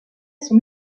son